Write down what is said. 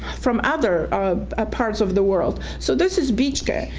from other parts of the world, so this is betchka,